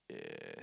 yeah